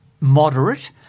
moderate